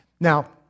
Now